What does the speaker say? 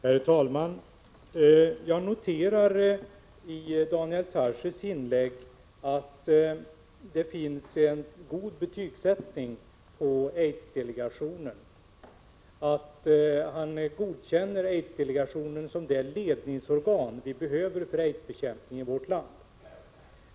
Herr talman! Jag noterar att Daniel Tarschys i sitt inlägg sätter gott betyg på aidsdelegationen och att han godkänner aidsdelegationen som det ledningsorgan vi behöver för aidsbekämpningen i vårt land.